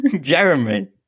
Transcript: Jeremy